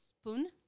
spoon